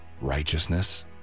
righteousness